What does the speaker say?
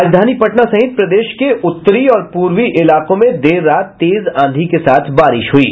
राजधानी पटना सहित प्रदेश के उत्तरी और पूर्वी इलाकों में देर रात तेज आंधी के साथ बारिश हुयी